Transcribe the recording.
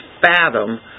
fathom